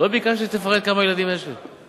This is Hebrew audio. לא ביקשתי שתפרט כמה ילדים יש לי.